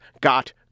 got